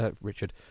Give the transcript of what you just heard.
Richard